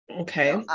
Okay